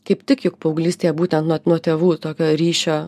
kaip tik juk paauglystėje būtent nuo nuo tėvų tokio ryšio